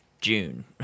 June